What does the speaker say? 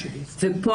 לכם,